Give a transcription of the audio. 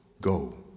Go